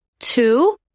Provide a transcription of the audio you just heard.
Two